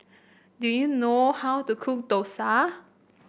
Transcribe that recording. do you know how to cook Dosa